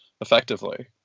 effectively